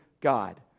God